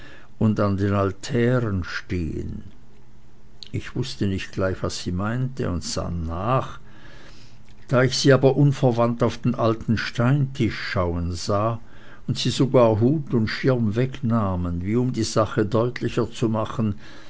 und an den altären stehen ich wußte nicht gleich was sie meinte und sann nach da ich sie aber unverwandt auf den alten steintisch schauen sah und sie sogar hut und schirm wegnahm wie um die sache deutlicher zu machen